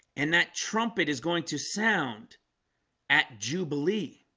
and that trumpet is going to sound at jubilee